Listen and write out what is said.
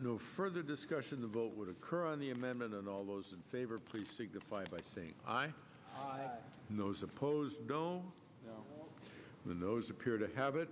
no further discussion the vote would occur on the amendment and all those in favor please signify by saying i know suppose when those appear to have it